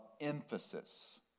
emphasis